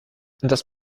das